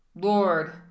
Lord